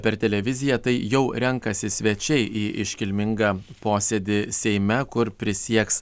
per televiziją tai jau renkasi svečiai į iškilmingą posėdį seime kur prisieks